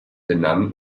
benannt